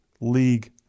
league